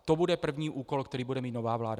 To bude první úkol, který bude mít nová vláda.